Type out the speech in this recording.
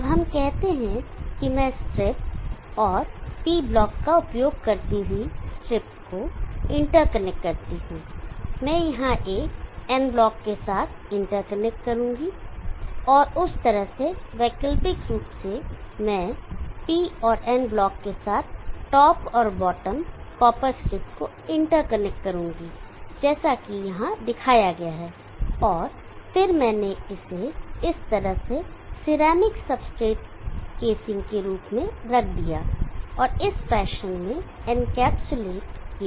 अब हम कहते हैं कि मैं स्ट्रिप और P ब्लॉक का उपयोग करती हुई स्ट्रिप को इंटरकनेक्ट करता हूं मैं यहां एक N ब्लॉक के साथ इंटरकनेक्ट करूंगा और उस तरह से वैकल्पिक रूप से मैं P और N ब्लॉक के साथ टॉप और बॉटम कॉपर स्ट्रिप को इंटरकनेक्ट करूंगा जैसा कि यहां दिखाया गया है और फिर मैंने इसे इस तरह से सिरेमिक सब्सट्रेट केसिंग के रूप में रख दिया और इस फैशन में एनकैप्सूलेट किया